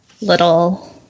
little